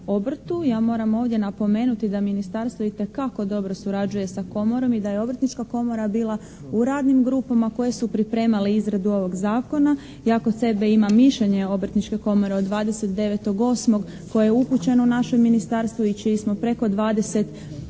Ja moram ovdje napomenuti da ministarstvo itekako dobro surađuje sa Komorom i da je Obrtnička komora bila u radnim grupama koje su pripremale izradu ovog zakona. Ja kod sebe imam mišljenje Obrtničke komore od 29.8. koje je upućeno našem ministarstvu i čiji smo preko 20